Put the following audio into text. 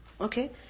Okay